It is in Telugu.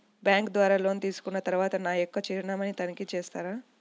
బ్యాంకు ద్వారా లోన్ తీసుకున్న తరువాత నా యొక్క చిరునామాని తనిఖీ చేస్తారా?